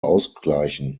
ausgleichen